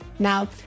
Now